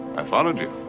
i followed you,